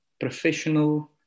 professional